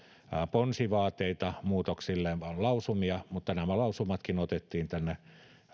ponsivaateita muutoksilleen vaan lausumia mutta nämä lausumatkin otettiin tänne